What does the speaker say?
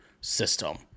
system